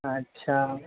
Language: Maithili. अच्छा